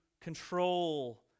control